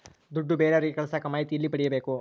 ದುಡ್ಡು ಬೇರೆಯವರಿಗೆ ಕಳಸಾಕ ಮಾಹಿತಿ ಎಲ್ಲಿ ಪಡೆಯಬೇಕು?